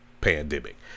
Pandemic